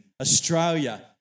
Australia